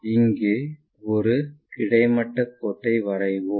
இங்கே ஒரு கிடைமட்ட கோட்டை வரைவோம்